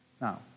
now